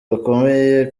gakomeye